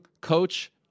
coach